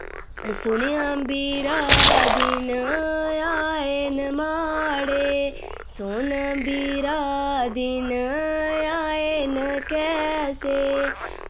सुनेआ बीरा दिन आए न माड़े सुन बीरा दिन आए न कैसे